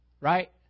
right